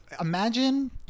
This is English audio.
imagine